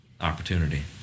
opportunity